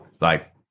like-